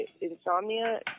insomnia